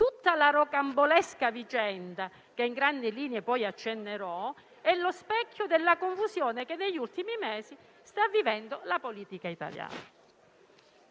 Tutta la rocambolesca vicenda, che a grandi linee poi accennerò, è lo specchio della confusione che negli ultimi mesi sta vivendo la politica italiana.